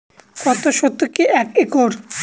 কত শতকে এক একর?